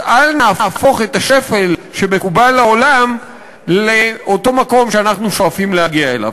אז אל נהפוך את השפל שמקובל בעולם לאותו מקום שאנחנו שואפים להגיע אליו.